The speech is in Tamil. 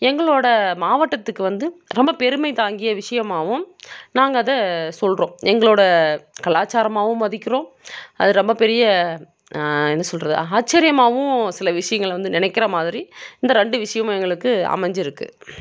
எங்களோடய மாவட்டத்துக்கு வந்து ரொம்ப பெருமை தாங்கிய விஷயமாவும் நாங்கள் அதை சொல்கிறோம் எங்களோடய கலாச்சாரமாகவும் மதிக்கிறோம் அது ரொம்ப பெரிய என்ன சொல்றது ஆச்சரியமாகவும் சில விஷயங்களை வந்து நினைக்கிற மாதிரி இந்த ரெண்டு விஷயமும் எங்களுக்கு அமைஞ்சிருக்கு